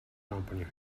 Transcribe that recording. company